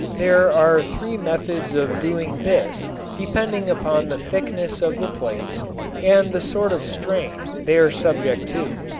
there are three methods of doing this depending upon the thickness of the plates and the sort of strain they are subject to.